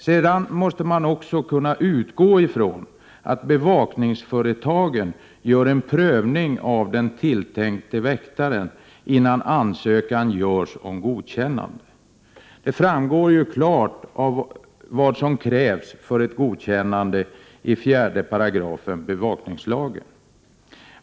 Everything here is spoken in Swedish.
Man måste också kunna utgå från att bevakningsföretaget gör en prövning av den tilltänkte väktaren, innan ansökan görs om godkännande. Det framgår ju klart vad som krävs för ett godkännande i 4 § bevakningslagen.